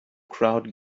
crowd